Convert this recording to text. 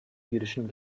jüdischen